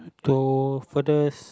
to further